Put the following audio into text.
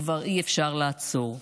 כבר אי-אפשר לעצור.